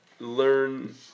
learn